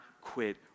quit